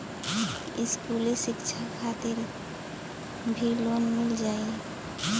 इस्कुली शिक्षा खातिर भी लोन मिल जाई?